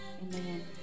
Amen